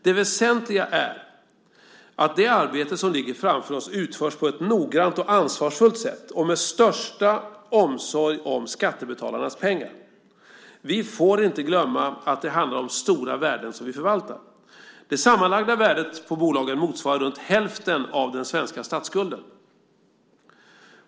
Det väsentliga är att det arbete som ligger framför oss utförs på ett noggrant och ansvarsfullt sätt och med största omsorg om skattebetalarnas pengar. Vi får inte glömma att det handlar om stora värden som vi förvaltar. Det sammanlagda värdet på bolagen motsvarar runt hälften av den svenska statsskulden.